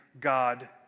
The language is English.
God